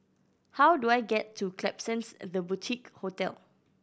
how do I get to Klapsons The Boutique Hotel